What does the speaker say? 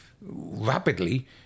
rapidly